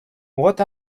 what